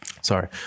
sorry